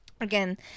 Again